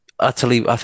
Utterly